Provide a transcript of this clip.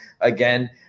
again